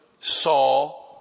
saw